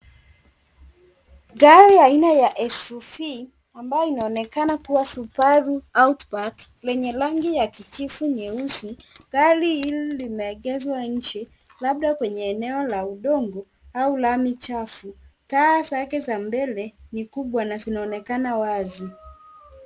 Gari aina ya SUV ambayo inaonekana kuwa Subaru Outback lenye rangi ya kijivu nyeusi. Gari hili limeegeshwa nje, labda kwenye eneo la udongo au lami chafu, taa zake za mbele ni kubwa na zinaonekana wazi.